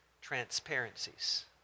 transparencies